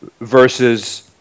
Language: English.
versus